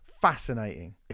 Fascinating